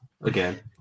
again